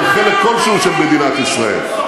על חלק כלשהו של מדינת ישראל.